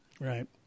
right